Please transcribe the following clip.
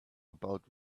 about